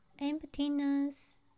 Emptiness